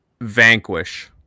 Vanquish